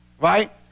right